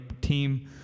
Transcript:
team